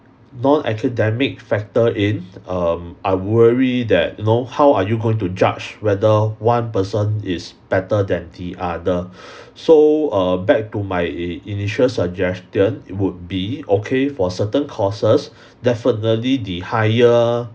non-academic factor in um I worry that you know how are you going to judge whether one person is better than the other so err back to my i~ initial suggestion would be okay for certain courses definitely the higher